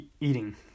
eating